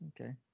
Okay